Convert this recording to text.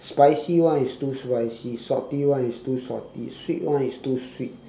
spicy one it's too spicy salty one it's too salty sweet one it's too sweet